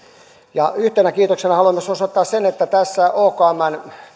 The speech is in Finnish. yhden kiitoksen haluan osoittaa myös siitä että tässä okmn